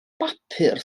bapur